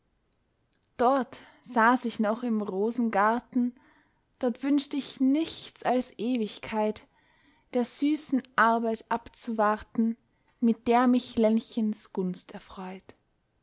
dort saß ich noch im rosengarten dort wünscht ich nichts als ewigkeit der süßen arbeit abzuwarten mit der mich lenchens gunst erfreut